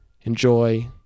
enjoy